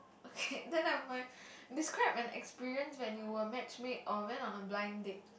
okay then never mind describe an experience when you were match made or went on a blind date